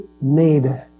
need